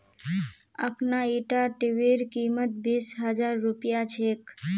अखना ईटा टीवीर कीमत बीस हजार रुपया छेक